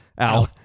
ow